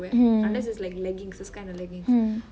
mm mm